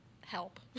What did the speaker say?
help